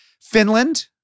Finland